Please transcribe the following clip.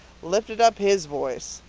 lifted up his voice.